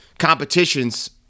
competitions